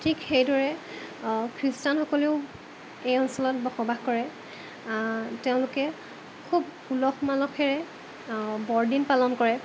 ঠিক সেইদৰে খ্ৰীষ্টানসকলেও এই অঞ্চলত বসবাস কৰে তেওঁলোকে খুব উলহ মালহেৰে বৰদিন পালন কৰে